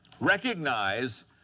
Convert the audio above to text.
recognize